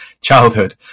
childhood